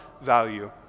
value